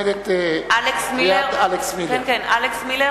נגד אלכס מילר,